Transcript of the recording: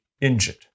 injured